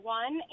one